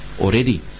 already